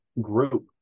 group